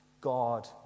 God